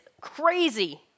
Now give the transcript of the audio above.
crazy